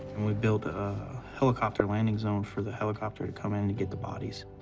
and we built a helicopter landing zone for the helicopter to come in to get the bodies.